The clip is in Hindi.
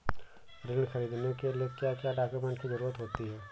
ऋण ख़रीदने के लिए क्या क्या डॉक्यूमेंट की ज़रुरत होती है?